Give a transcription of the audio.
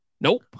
Nope